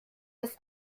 das